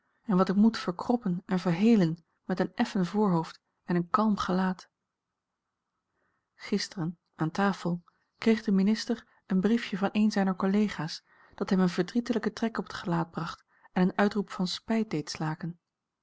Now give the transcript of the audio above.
en wat ik moet verkroppen en verhelen met een effen voorhoofd en een kalm gelaat gisteren aan tafel kreeg de minister een briefje van een zijner collega's dat hem een verdrietelijken trek op het gelaat bracht en een uitroep van spijt deed slaken